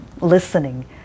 listening